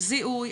זיהוי,